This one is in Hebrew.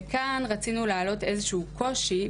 כאן רצינו להעלות איזה שהוא קושי,